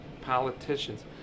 politicians